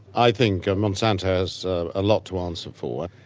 i think monsanto has a lot to answer for.